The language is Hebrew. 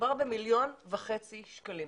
מדובר במיליון וחצי שקלים.